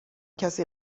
کسی